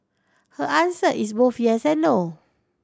her answer is both yes and no